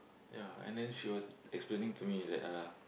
ya and then she was explaining to me that uh